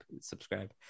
subscribe